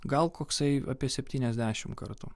gal koksai apie septyniasdešim kartų